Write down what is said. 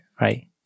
right